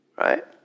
right